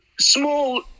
small